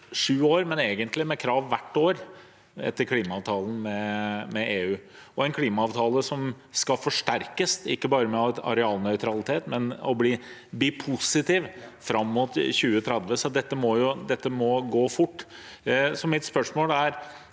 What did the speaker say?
mangfold, men det er også krav hvert år etter klimaavtalen med EU. Den klimaavtalen skal forsterkes, ikke bare med arealnøytralitet, men bli positiv fram mot 2030. Dette må gå fort. Mitt spørsmål er: